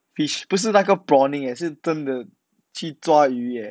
fish 不是那个 prawning leh 是真的去抓鱼 leh